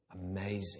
Amazing